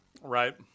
right